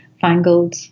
fangled